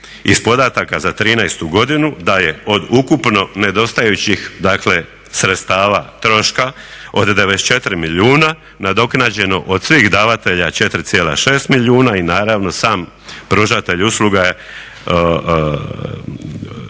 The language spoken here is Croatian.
iz podataka za 2013. godinu da je od ukupno nedostajućih sredstava troška od 94 milijuna nadoknađeno od svih davatelja 4,6 milijuna i naravno sam pružatelj usluga je